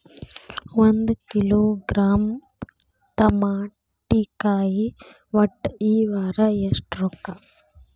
ಒಂದ್ ಕಿಲೋಗ್ರಾಂ ತಮಾಟಿಕಾಯಿ ಒಟ್ಟ ಈ ವಾರ ಎಷ್ಟ ರೊಕ್ಕಾ?